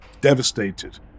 devastated